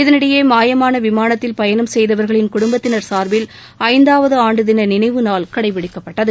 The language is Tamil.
இதனிடையே மாயமான விமானத்தில் பயணம் செய்தவர்களின் குடும்பத்தினர் சார்பில் ஐந்தாவது ஆண்டு தின நினைவு நாள் கடைப்பிடிக்கப்பட்டது